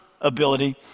ability